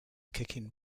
kicking